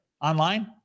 Online